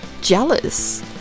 jealous